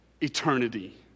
eternity